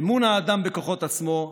אמון האדם בכוחות עצמו,